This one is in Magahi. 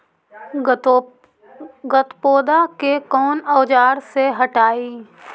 गत्पोदा के कौन औजार से हटायी?